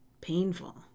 painful